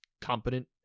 competent